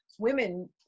women